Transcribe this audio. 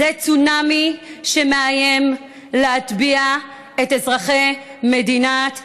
זה צונאמי שמאיים להטביע את אזרחי מדינת ישראל,